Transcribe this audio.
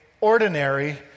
ordinary